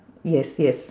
yes yes